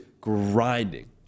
grinding